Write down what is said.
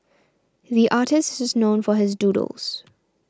the artist is known for his doodles